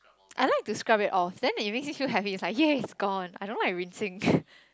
I like to scrub it off then it makes me feel happy it's like yay it's gone I don't like rinsing